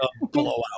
blowout